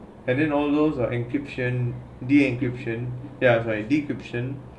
and then all those uh encryption decryption ya sorry decryption